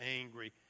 angry